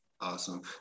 Awesome